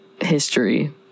history